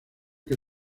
que